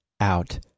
Out